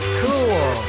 cool